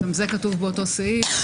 גם זה כתוב באותו סעיף,